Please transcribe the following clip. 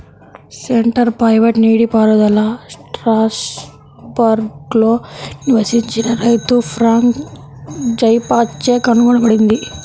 centre pivot నీటిపారుదల స్ట్రాస్బర్గ్లో నివసించిన రైతు ఫ్రాంక్ జైబాచ్ చే కనుగొనబడింది